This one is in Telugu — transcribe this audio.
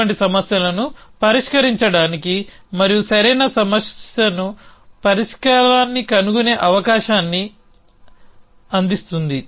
అటువంటి సమస్యలను పరిష్కరించడానికి మరియు సరైన పరిష్కారాన్ని కనుగొనే అవకాశాన్ని అందిస్తుంది